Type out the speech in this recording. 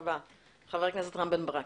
חבר הכנסת רם בן ברק.